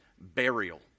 burial